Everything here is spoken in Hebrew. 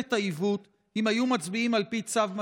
את העיוות אם היו מצביעים על פי צו מצפונם.